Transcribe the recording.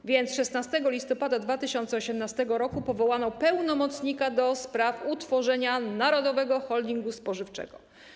A więc 16 listopada 2018 r. powołano pełnomocnika ds. utworzenia narodowego holdingu spożywczego.